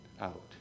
out